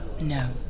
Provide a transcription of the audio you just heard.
No